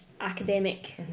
academic